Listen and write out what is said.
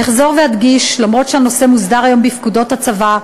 אחזור ואדגיש: למרות שהנושא מוסדר היום בפקודות הצבא,